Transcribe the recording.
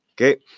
okay